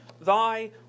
thy